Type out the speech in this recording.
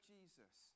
Jesus